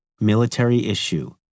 military-issue